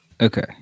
Okay